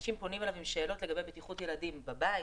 שאנשים פונים אליו עם שאלות לגבי בטיחות ילדים בבית,